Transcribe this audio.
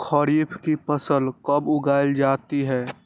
खरीफ की फसल कब उगाई जाती है?